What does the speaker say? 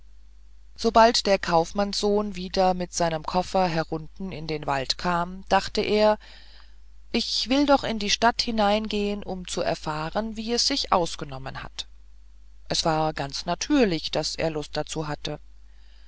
sobald der kaufmannssohn wieder mit seinem koffer herunter in den wald kam dachte er ich will doch in die stadt hineingehen um zu erfahren wie es sich ausgenommen hat es war ganz natürlich daß er lust dazu hatte